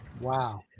Wow